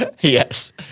Yes